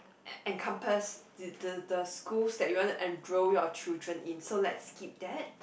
e~ encompass the the the school that you want to enroll your children in so let's skip that